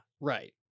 right